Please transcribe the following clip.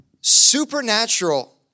supernatural